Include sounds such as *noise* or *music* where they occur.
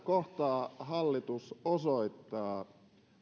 *unintelligible* kohtaa hallitus osoittaa